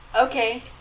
okay